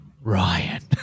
Ryan